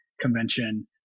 Convention